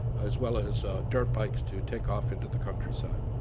as well as dirt bikes to take off into the countryside.